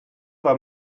weil